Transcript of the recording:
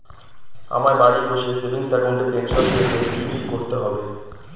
আমায় বাড়ি বসে সেভিংস অ্যাকাউন্টে পেনশন পেতে কি কি করতে হবে?